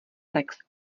text